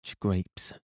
grapes